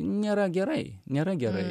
nėra gerai nėra gerai